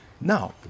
Now